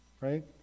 right